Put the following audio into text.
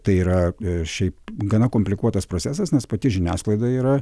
tai yra šiaip gana komplikuotas procesas nes pati žiniasklaida yra